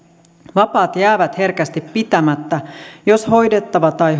vapaat jäävät herkästi pitämättä jos hoidettava tai